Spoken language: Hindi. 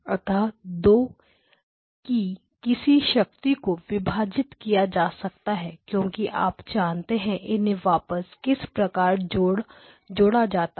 अतः दो 2 कि किसी शक्ति को विभाजित किया जा सकता है क्योंकि आप जानते हैं इन्हें वापस किस प्रकार जोड़ा जाता है